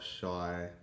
shy